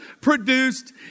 produced